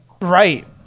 right